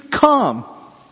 come